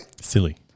Silly